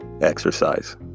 Exercise